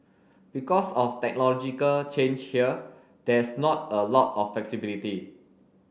because of technological change here there's not a lot of flexibility